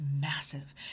massive